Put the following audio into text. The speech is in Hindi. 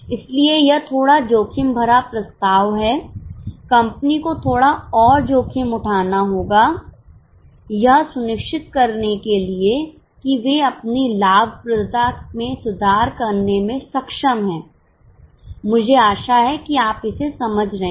इसलिए यह थोड़ा जोखिम भरा प्रस्ताव है कंपनी को थोड़ा और जोखिम उठाना होगा यह सुनिश्चित करने के लिए कि वे अपनी लाभप्रदता में सुधार करने में सक्षम हैं मुझे आशा है कि आप इसे समझ रहे हैं